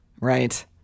Right